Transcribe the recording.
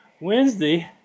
Wednesday